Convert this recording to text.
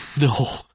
No